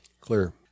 Clear